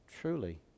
truly